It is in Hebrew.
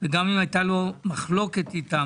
וגם אם הייתה לו מחלוקת איתם,